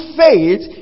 faith